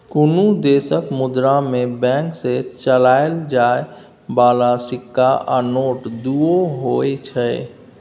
कुनु देशक मुद्रा मे बैंक सँ चलाएल जाइ बला सिक्का आ नोट दुओ होइ छै